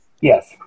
Yes